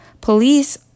Police